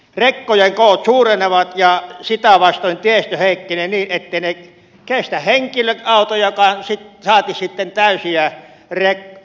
rekkojen koot suurenevat ja sitä vastoin tiestö heikkenee niin ettei se kestä henkilöautojakaan saati sitten täysiä puurekkoja